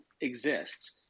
exists